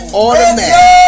automatic